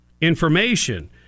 information